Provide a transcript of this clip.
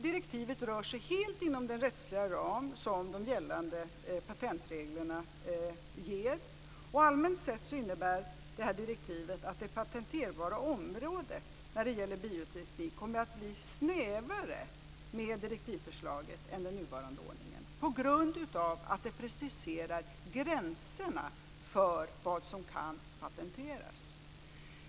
Direktivet rör sig helt inom den rättsliga ram som de gällande patentreglerna ger. Allmänt sett kommer det patenterbara området för bioteknik att bli snävare med direktivförslaget än med den nuvarande ordningen. Orsaken är att direktivet preciserar gränserna för vad som kan patenteras.